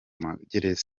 magereza